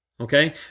okay